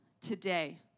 today